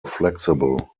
flexible